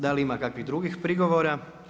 Da li ima kakvih drugih prigovora?